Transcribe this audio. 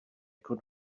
could